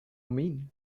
mean